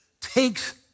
takes